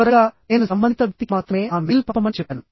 చివరగా నేను సంబంధిత వ్యక్తికి మాత్రమే ఆ మెయిల్ పంపమని చెప్పాను